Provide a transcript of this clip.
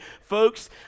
Folks